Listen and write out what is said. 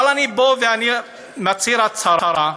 אבל אני פה, ואני מצהיר הצהרה: